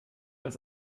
als